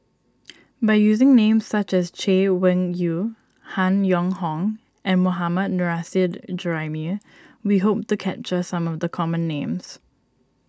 by using names such as Chay Weng Yew Han Yong Hong and Mohammad Nurrasyid Juraimi we hope to capture some of the common names